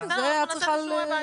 בסדר, אני עושה את שיעורי הבית.